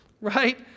right